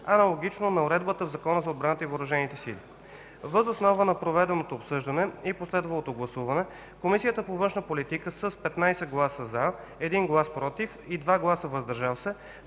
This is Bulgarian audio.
аналогично на уредбата в Закона за отбраната и въоръжените сили на Република България. Въз основа на проведеното обсъждане и последвалото гласуване, Комисията по външна политика със 15 гласа „за”, 1 глас „против” и 2 гласа „въздържали се”,